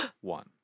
one